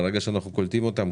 ברגע שאנחנו קולטים אותם,